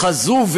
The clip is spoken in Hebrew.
חזו,